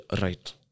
right